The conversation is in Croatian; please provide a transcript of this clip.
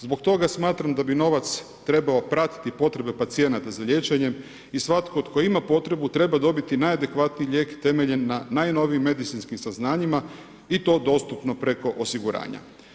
Zbog toga smatram da bi novac trebao pratiti potrebe pacijenata za liječenjem i svatko tko ima potrebu, treba dobiti najadekvatniji lijek temeljen na najnovijim medicinskim saznanjima i to dostupno preko osiguranja.